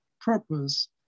purpose